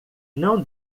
não